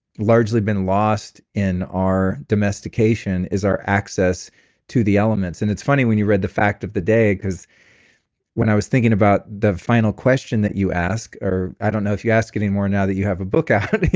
largely been lost in our domestication is our access to the elements and it's funny, when you read the fact of the day, because when i was thinking about the final question that you ask, or i don't know if you ask it anymore now that you have a book out,